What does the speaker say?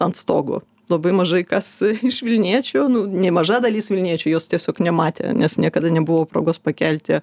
ant stogo labai mažai kas iš vilniečių nu nemaža dalis vilniečių jos tiesiog nematė nes niekada nebuvo progos pakelti